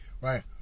right